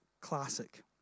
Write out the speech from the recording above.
classic